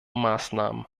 maßnahmen